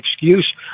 excuse